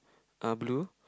uh blue